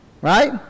Right